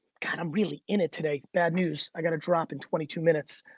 kind of really in it today. bad news. i gotta drop in twenty two minutes.